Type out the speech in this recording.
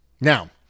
Now